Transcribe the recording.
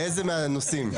באיזה מן הנושאים?